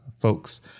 folks